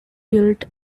built